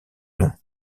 non